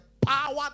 power